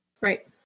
Right